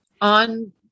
on